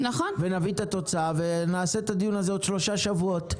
ונביא את התוצאה ונקיים את הדיון הזה בעוד שלושה שבועות.